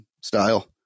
style